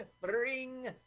bring